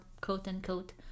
quote-unquote